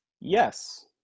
Yes